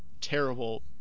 terrible